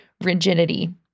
rigidity